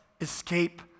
escape